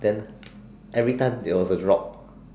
then everytime there was a drop